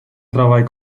treball